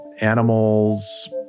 animals